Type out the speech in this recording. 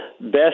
best